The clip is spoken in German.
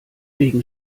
wegen